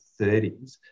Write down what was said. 30s